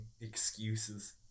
excuses